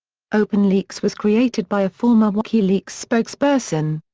openleaks was created by a former wikileaks spokesperson.